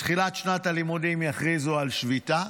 בתחילת שנת הלימודים יכריזו על שביתה,